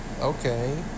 okay